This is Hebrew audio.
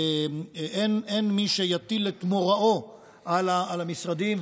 אין מי שיטיל את מוראו על המשרדים,